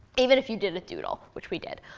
even if you did a doodle, which we did.